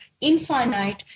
infinite